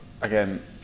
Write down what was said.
again